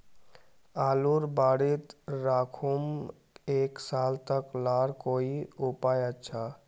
आलूर बारित राखुम एक साल तक तार कोई उपाय अच्छा?